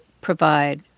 provide